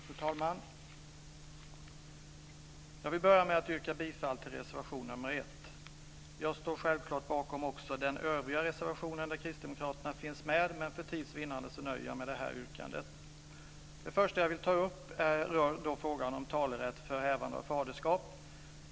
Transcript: Fru talman! Jag vill börja med att yrka bifall till reservation nr 1. Jag står självklart bakom också den andra reservationen där Kristdemokraterna finns med, men för tids vinnande nöjer jag mig med detta yrkande. Det första jag vill ta upp rör frågan om talerätt för hävande av faderskap.